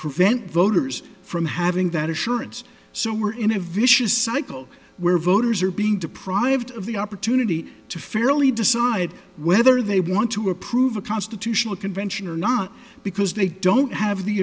prevent voters from having that assurance so we're in a vicious cycle where voters are being deprived of the opportunity to fairly decide whether they want to approve a constitutional convention or not because they don't have the